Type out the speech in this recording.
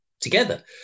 together